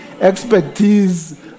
expertise